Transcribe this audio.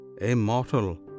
immortal